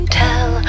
tell